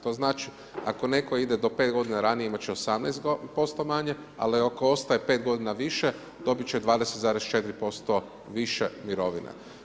To znači ako netko ide do 5 godina ranije imati će 18% manje ali ako ostaje 5 godina više dobiti će 20,4% više mirovine.